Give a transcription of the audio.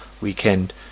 weekend